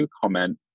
comment